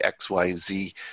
XYZ